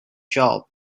job